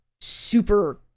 super